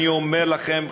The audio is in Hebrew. אני אומר לכם,